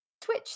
Twitch